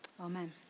Amen